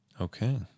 Okay